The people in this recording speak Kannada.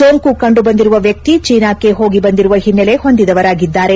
ಸೋಂಕು ಕಂಡು ಬಂದಿರುವ ವ್ಯಕ್ತಿ ಚೀನಾಕ್ಷೆ ಹೋಗಿ ಬಂದಿರುವ ಹಿನ್ನೆಲೆ ಹೊಂದಿದವರಾಗಿದ್ದಾರೆ